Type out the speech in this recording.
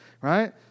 Right